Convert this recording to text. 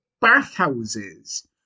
bathhouses